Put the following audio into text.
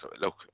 look